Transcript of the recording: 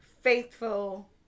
faithful